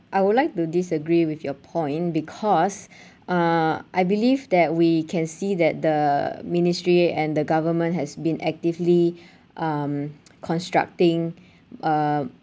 I would like to disagree with your point because uh I believe that we can see that the ministry and the government has been actively um constructing uh